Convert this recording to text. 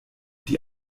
die